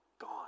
Gone